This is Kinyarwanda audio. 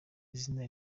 izina